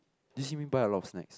do you see me buy a lot of snacks